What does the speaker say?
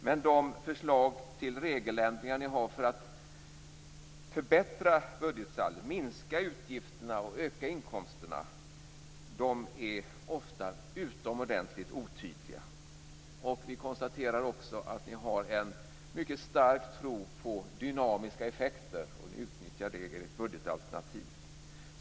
Men de förslag till regeländringar ni har för att förbättra budgetsaldot, minska utgifterna och öka inkomsterna är ofta utomordentligt otydliga. Vi konstaterar också att ni har en mycket stark tro på dynamiska effekter, och ni utnyttjar det i ert budgetalternativ.